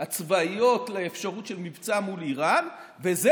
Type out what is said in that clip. הצבאיות לאפשרות של מבצע מול איראן וזה